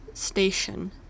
station